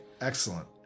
Excellent